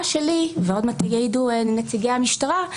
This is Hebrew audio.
שלי ועוד מעט יעידו נציגי המשטרה,